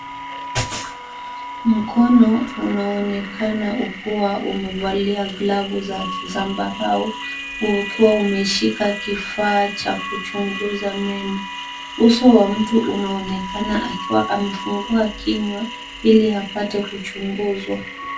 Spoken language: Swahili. Mkono unaonekana ukiwa umevalia glavu za zambarau ,ukiwa umeshika kifaa cha kuchunguza meno ,uso wa mtu unaonekana akiwa amefungua kinywa ili apate kuchunguzwa.